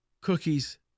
Cookies